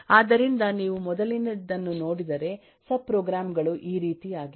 ಆದ್ದರಿಂದ ನೀವು ಮೊದಲಿನದನ್ನು ನೋಡಿದರೆ ಸಬ್ಪ್ರೋಗ್ರಾಮ್ ಗಳು ಈ ರೀತಿಯಾಗಿವೆ